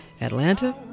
Atlanta